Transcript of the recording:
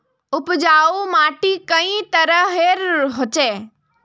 उपजाऊ माटी कई तरहेर होचए?